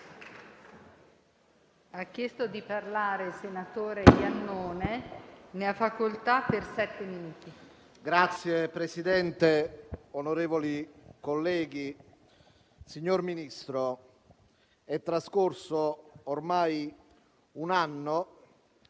Signor Presidente, onorevoli colleghi, signor Ministro, è trascorso ormai un anno